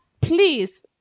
please